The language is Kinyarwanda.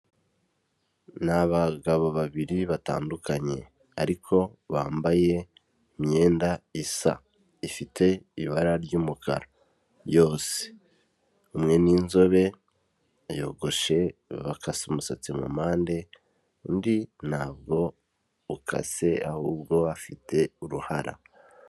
Ni abagabo babiri batandukanye, ariko bambaye imyenda isa. Ifite ibara ry'umukara yose. Umwe ni inzobe yogoshe bakase umusatsi mu mpande, undi ntabwo ukase ahubwo afite uruhara.